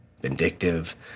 vindictive